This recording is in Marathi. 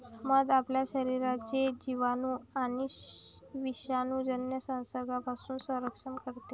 मध आपल्या शरीराचे जिवाणू आणि विषाणूजन्य संसर्गापासून संरक्षण करते